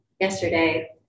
Yesterday